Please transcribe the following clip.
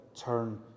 turn